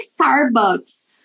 Starbucks